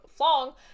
flong